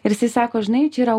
ir jisai sako žinai čia yra